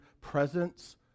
Presence